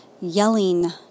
yelling